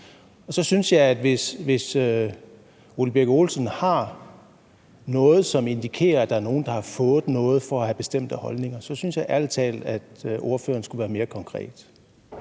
den almene sektor. Hvis hr. Ole Birk Olesen har noget, som indikerer, at der er nogle, der har fået noget for at have bestemte holdninger, så synes jeg ærlig talt, at han skulle være mere konkret.